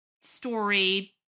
story